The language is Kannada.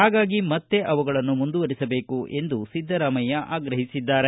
ಹಾಗಾಗಿ ಮತ್ತೆ ಅವುಗಳನ್ನು ಮುಂದುವರೆಸಬೇಕು ಎಂದು ಅವರು ಆಗ್ರಹಿಸಿದ್ದಾರೆ